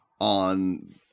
on